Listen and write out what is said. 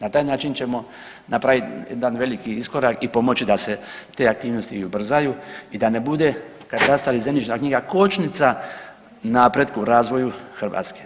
Na taj način ćemo napravit jedan veliki iskorak i pomoći da se te aktivnosti i ubrzaju i da ne bude katastar i zemljišna knjiga kočnica napretku i razvoju Hrvatske.